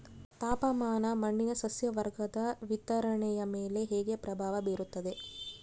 ತಾಪಮಾನ ಮಣ್ಣಿನ ಸಸ್ಯವರ್ಗದ ವಿತರಣೆಯ ಮೇಲೆ ಹೇಗೆ ಪ್ರಭಾವ ಬೇರುತ್ತದೆ?